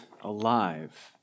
alive